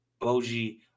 Boji